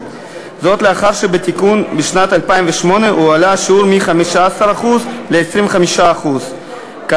לאחר שבתיקון משנת 2008 הועלה השיעור מ-15% ל-25% מהשכר הממוצע במשק.